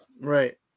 Right